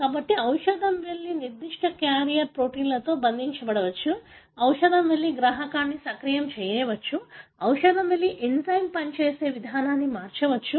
కాబట్టి ఔషధం వెళ్లి నిర్దిష్ట క్యారియర్ ప్రోటీన్తో బంధించవచ్చు ఔషధం వెళ్లి గ్రాహకాన్ని సక్రియం చేయవచ్చు ఔషధం వెళ్లి ఎంజైమ్ పనిచేసే విధానాన్ని మార్చవచ్చు